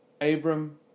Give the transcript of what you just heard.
Abram